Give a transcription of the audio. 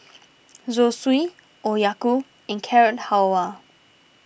Zosui Okayu and Carrot Halwa